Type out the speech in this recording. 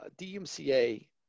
DMCA